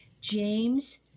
James